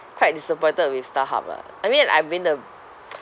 quite disappointed with starhub lah I mean I've been a